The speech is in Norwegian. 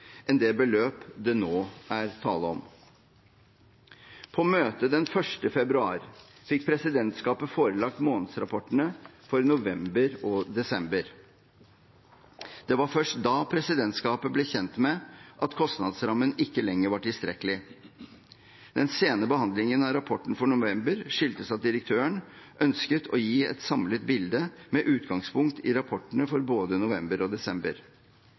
tale om. På møtet den 1. februar fikk presidentskapet forelagt månedsrapportene for november og desember. Det var først da presidentskapet ble kjent med at kostnadsrammen ikke lenger var tilstrekkelig. Den sene behandlingen av rapporten for november skyldtes at direktøren ønsket å gi et samlet bilde med utgangspunkt i rapportene for både november og desember.